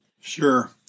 Sure